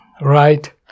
right